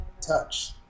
touch